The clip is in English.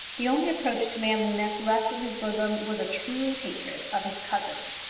the only approach to manliness left in his bosom was a true hatred of his cousin.